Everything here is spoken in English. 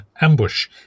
ambush